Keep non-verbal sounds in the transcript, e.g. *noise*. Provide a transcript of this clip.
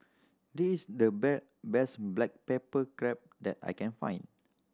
this the *unintelligible* best black pepper crab that I can find